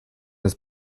his